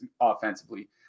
offensively